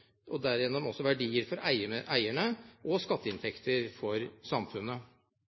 og derigjennom også verdier for eierne og skatteinntekter for samfunnet.